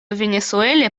венесуэле